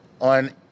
on